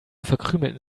verkrümelten